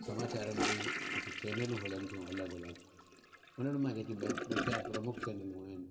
समाचारनि जी जेके चैनलूं हलनि थियूं अलॻि अलॻि उन्हनि मां जेके ॿ चारि प्रमुख चैनलूं आहिनि